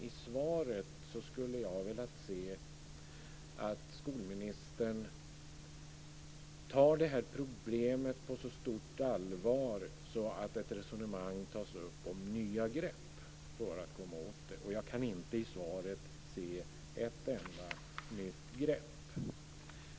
I svaret skulle jag ha velat se att skolministern tar detta problem på så stort allvar att ett resonemang tas upp om nya grepp för att komma åt det, och jag kan inte i svaret se ett enda nytt grepp.